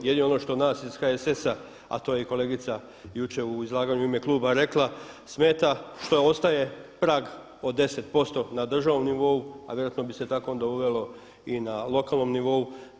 Jer je ono što nas iz HSS-a a to je i kolegice jučer u izlaganju u ime kluba rekla smeta što ostaje prag od 10% na državnom nivou a vjerojatno bi se tako onda uvelo i na lokalnom nivou.